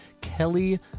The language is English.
kelly